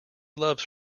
loves